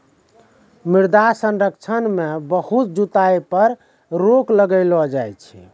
मृदा संरक्षण मे बहुत जुताई पर रोक लगैलो जाय छै